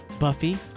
Buffy